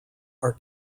are